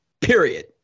period